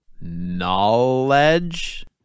Knowledge